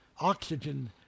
oxygen